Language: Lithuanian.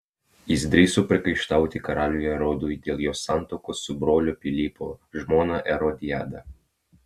jis drįso priekaištauti karaliui erodui dėl jo santuokos su brolio pilypo žmona erodiada